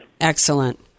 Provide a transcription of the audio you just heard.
Excellent